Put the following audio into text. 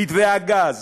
מתווה הגז,